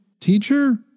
teacher